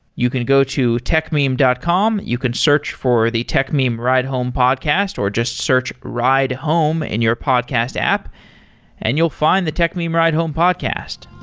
you can go to techmeme dot com. you can search for the techmeme ride home podcast, or just search ride home in your podcast app and you'll find the techmeme ride home podcast.